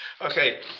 okay